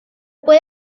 puede